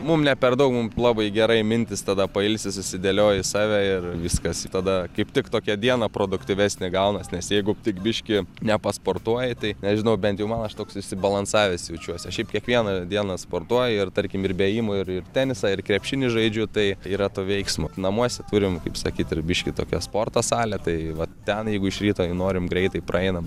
mum ne per daug mum labai gerai mintys tada pailsi susidėlioji save ir viskas tada kaip tik tokia diena produktyvesnė gaunasi nes jeigu tik biškį nepasportuoji tai nežinau bent jau man aš toks išsibalansavęs jaučiuos aš šiaip kiekvieną dieną sportuoju ir tarkim ir bėgimui ir tenisą ir krepšinį žaidžiu tai yra to veiksmo namuose turim kaip sakyt ir biški tokią sporto salę tai va ten jeigu iš ryto jau norim greitai praeinam